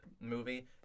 movie